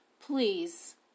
please